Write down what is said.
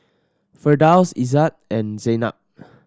Firdaus Izzat and Zaynab